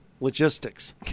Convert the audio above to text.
Logistics